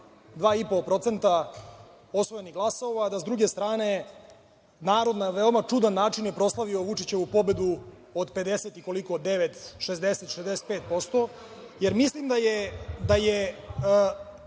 2,5% osvojenih glasova, a da sa druge strane narod na veoma čudan način je proslavio Vučićevu pobedu od 50 i koliko 9, 60, 65%, jer mislim da je